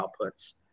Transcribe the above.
outputs